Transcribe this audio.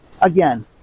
Again